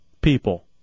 people